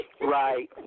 Right